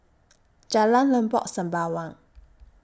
Jalan Lengkok Sembawang